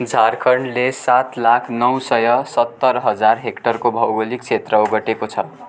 झारखण्डले सात लाख नौ सय सत्तर हजार हेक्टरको भौगोलिक क्षेत्र ओगटेको छ